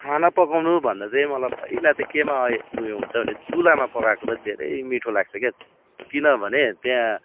खाना पकाउनु भन्दा चाहिँ मलाई पहिला चाहिँ के मा उयो हुन्छ भन्दा चाहिँ चुल्हामा पकाएको चाहिँ धेरै मिठो लाग्छ क्या किनभने त्यहाँ